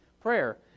prayer